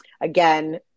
again